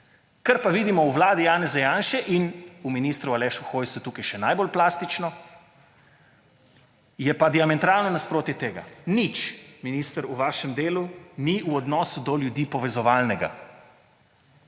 Kar pa vidimo v vladi Janeza Janše in v ministru Alešu Hojsu, tukaj še najbolj plastično, je pa diametralno nasprotje tega. Nič, minister, v vašem delu ni v odnosu do ljudi povezovalnega.